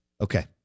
Okay